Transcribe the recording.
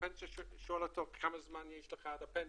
הפנסיה שואל אותו כמה זמן יש לך עד הפנסיה,